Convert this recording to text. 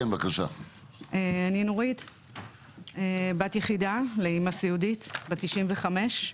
אני בת יחידה לאימא סיעודית בת 95,